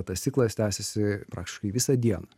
tas ciklas tęsiasi praktiškai visą dieną